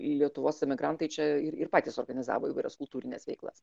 lietuvos emigrantai čia ir ir patys organizavo įvairias kultūrines veiklas